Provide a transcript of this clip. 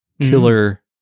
killer